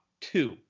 two